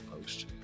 post